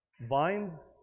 vines